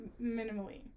minimally